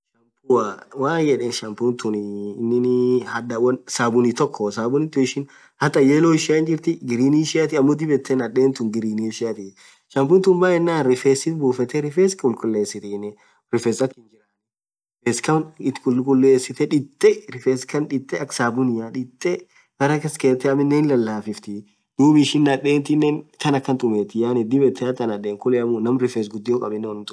Shampooa maan yedhen shampoo thun inin hadha sabuni thoko sabuni tun ishin hataa yellow ishian hinjirti green ishiathi dhib yethe nadhen tun green ishia shampoo tun maaan yenan rifesith busithe rifess khulkhulefethi rifess akha hinjirani rifes Khan ithi khulkhullesithe dhiteee rifes Khan dhithee akha sabunia dhithee berre aminen hin lalafisith dhub ishin nadhe thinen than akhan tumeti dhib yethe hata nadhen kuleamu ñaam rifes ghudio khabinen unnum thumetha